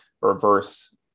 reverse